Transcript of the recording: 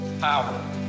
Power